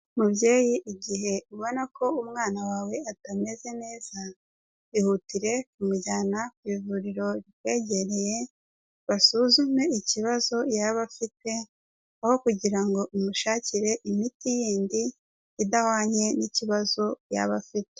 Mubyeyi igihe ubona ko umwana wawe atameze neza, ihutire kumujyana ku ivuriro rikwegereye basuzume ikibazo yaba afite, aho kugira ngo umushakire imiti yindi idahwanye n'ikibazo yaba afite.